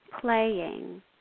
playing